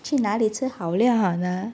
去哪里吃好料好呢